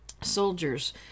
soldiers